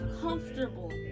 comfortable